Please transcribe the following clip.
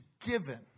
given